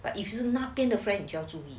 but if you 是那边的 friend 你就要注意